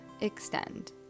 extend